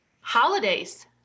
holidays